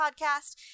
podcast